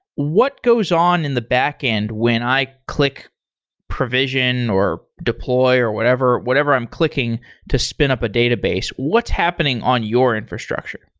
what goes on in the backend when i click provision, or deploy, or whatever whatever i'm clicking to spin up a database. what's happening on your infrastructure?